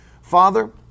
Father